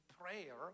prayer